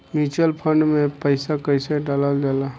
Mutual fund मे पईसा कइसे डालल जाला?